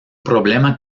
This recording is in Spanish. problema